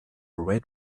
red